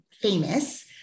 famous